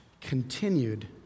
continued